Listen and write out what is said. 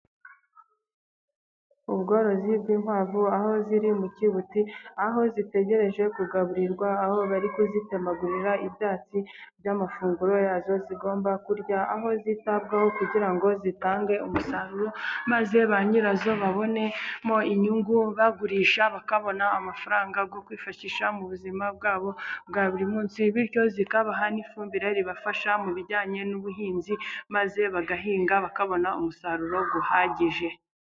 Ubworozi bw'inkwavu aho ziri mu kibuti, aho zitegereje kugaburirwa, aho bari kuzitemagurira ibyatsi by'amafunguro yazo. Zigomba kuba aho zitabwaho kugira ngo zitange umusaruro, maze ba nyirazo babonemo inyungu, bagurisha bakabona amafaranga yo kwifashisha mu buzima bwabo bwa buri munsi. Bityo zikabaha n'ifumbire, ibafasha mu bijyanye n'ubuhinzi, maze bagahinga bakabona umusaruro uhagije.